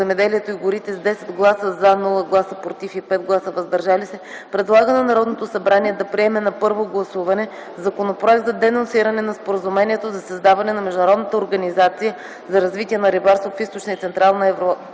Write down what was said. земеделието и горите с 10 гласа „за”, без „против” и 5 гласа „въздържали се” предлага на Народното събрание да приеме на първо гласуване Законопроект за денонсиране на Споразумението за създаване на Международната организация за развитие на рибарството в Източна и Централна Европа